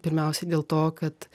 pirmiausiai dėl to kad